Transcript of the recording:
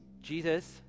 Jesus